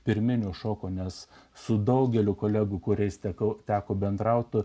pirminio šoko nes su daugeliu kolegų kuriais teko teko bendrauti